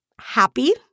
happy